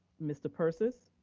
mr. persis.